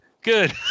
good